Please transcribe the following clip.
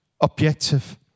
objective